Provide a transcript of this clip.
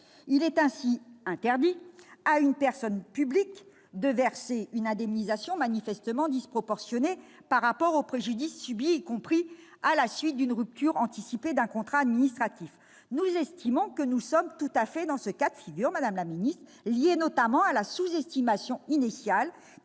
Il est ainsi interdit à une personne publique de verser une indemnisation manifestement disproportionnée par rapport au préjudice subi, y compris à la suite d'une rupture anticipée d'un contrat administratif. Nous estimons que nous sommes tout à fait dans ce cas de figure, madame la ministre, au regard notamment de la sous-estimation initiale